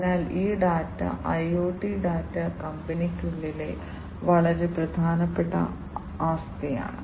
അതിനാൽ ഈ data IoT data കമ്പനിക്കുള്ളിലെ വളരെ പ്രധാനപ്പെട്ട ആസ്തിയാണ്